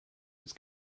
its